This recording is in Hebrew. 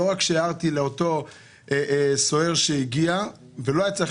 ולא רק שהערתי לאותו סוהר שהגיע שלא היה צריך